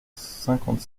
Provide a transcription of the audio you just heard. cinquante